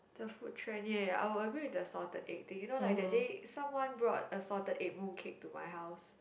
the food trend ya ya ya I will agree with the salted egg thing you know like that day someone brought a salted egg mooncake to my house